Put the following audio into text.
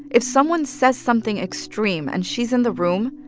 if someone says something extreme and she's in the room,